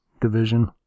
division